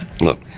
Look